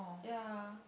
ya